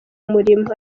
murimo